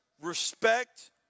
respect